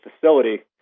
facility